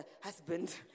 husband